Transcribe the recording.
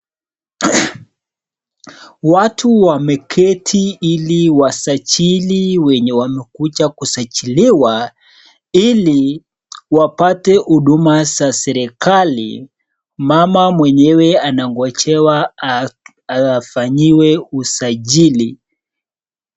Watu wameketi ili wasajili wenye wamekuja kusajiliwa ili wapate huduma za serikali. Mama mwenyewe anangojea afanyiwe usajili.